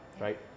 right